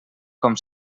com